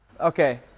okay